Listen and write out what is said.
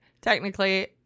technically